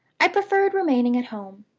i preferred remaining at home.